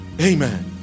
Amen